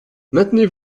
maintenez